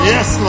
Yes